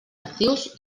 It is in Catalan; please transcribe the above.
actius